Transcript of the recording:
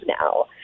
now